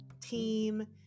team